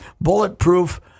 Bulletproof